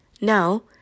Now